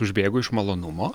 užbėgu iš malonumo